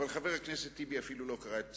אבל חבר הכנסת טיבי אפילו לא קרא את פסק-הדין,